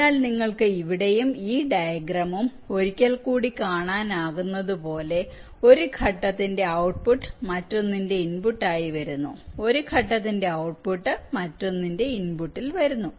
അതിനാൽ നിങ്ങൾക്ക് ഇവിടെയും ഈ ഡയഗ്രാമും ഒരിക്കൽ കൂടി കാണാനാകുന്നതുപോലെ ഒരു ഘട്ടത്തിന്റെ ഔട്ട്പുട്ട് മറ്റൊന്നിന്റെ ഇൻപുട്ടായി വരുന്നു ഒരു ഘട്ടത്തിന്റെ ഔട്ട്പുട്ട് മറ്റൊന്നിന്റെ ഇൻപുട്ടിൽ വരുന്നു